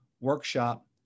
workshop